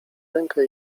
rękę